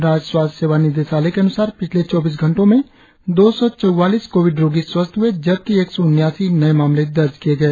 राज्य स्वास्थ्य सेवा निदेशालय के अन्सार पिछले चौबीस घंटो में दो सौ चौवालीस कोविड रोगी स्वस्थ हुए जबकि एक सौ उन्यासी नए मामले दर्ज किए गए